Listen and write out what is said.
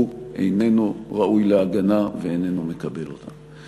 הוא איננו ראוי להגנה ואיננו מקבל אותה.